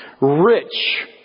rich